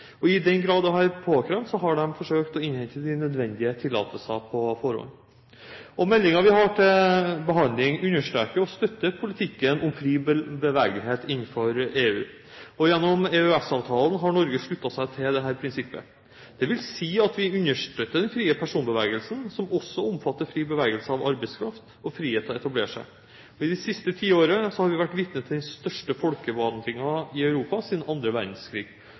I den grad det har vært påkrevd, har de forsøkt å innhente de nødvendige tillatelsene på forhånd. Meld. St. 9 for 2009–2010, som vi har til behandling, understreker og støtter politikken om fri bevegelighet innenfor EU, og gjennom EØS-avtalen har Norge sluttet seg til dette prinsippet. Det vil si at vi understøtter den frie personbevegelsen, som også omfatter fri bevegelse av arbeidskraft og frihet til å etablere seg. Men det siste tiåret har vi vært vitne til den største folkevandringen i Europa siden annen verdenskrig.